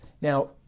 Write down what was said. Now